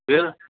फिर